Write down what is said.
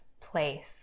place